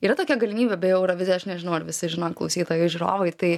yra tokia galimybė beje eurovizijoj aš nežinau ar visi žino klausytojai žiūrovai tai